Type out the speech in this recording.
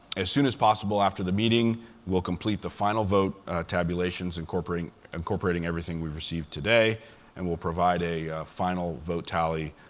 as soon as possible after the meeting, we will complete the final vote tabulations incorporating incorporating everything we've received today, and we'll provide a final vote tally,